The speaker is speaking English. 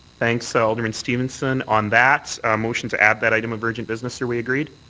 thanks, alderman stevenson. on that motion to add that item of urgent business, are we agreed?